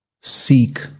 seek